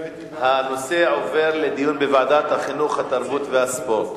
הנושא עובר לדיון בוועדת החינוך, התרבות והספורט.